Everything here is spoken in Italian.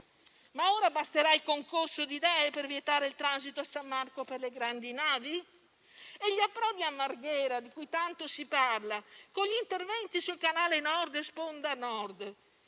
ma ora basterà il concorso di idee per vietare il transito a San Marco per le grandi navi? Gli approdi a Marghera, di cui tanto si parla, con gli interventi sul canale Nord e sponda Nord,